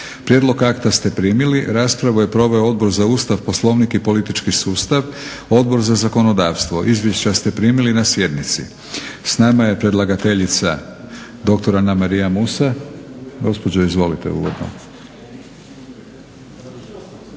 Prijedlog akta ste primili. Raspravu je proveo Odbor za Ustav, Poslovnik i politički sustav, Odbor za zakonodavstvo. Izvješća ste primili na sjednici. S nama je predlagateljica doktor Anamarija Musa.